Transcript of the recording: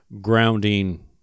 grounding